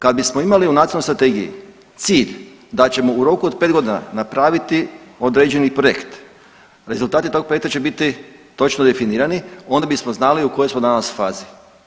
Kad bismo imali u nacionalnoj strategiji cilj da ćemo u roku od 5 godina napraviti određeni projekt, rezultati tog projekta će biti točno definirani onda bismo znali u kojoj smo danas fazi.